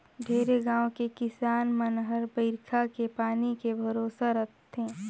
ढेरे गाँव के किसान मन हर बईरखा के पानी के भरोसा रथे